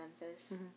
Memphis